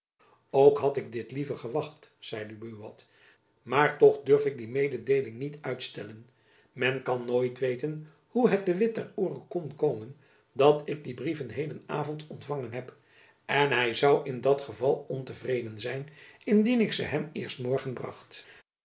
ook had ik dit liever gewenacht zeide buat maar toch durf ik die mededeeling niet uitstellen men kan nooit weten hoe het de witt ter oore kon komen dat ik die brieven heden avond ontfangen heb en hy zoû in dat geval ontevreden zijn indien ik ze hem eerst morgen bracht